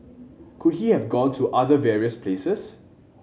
could he have gone to other various places